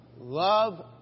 Love